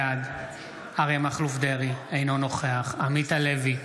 בעד אריה מכלוף דרעי, אינו נוכח עמית הלוי,